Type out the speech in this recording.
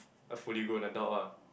a fully grown adult ah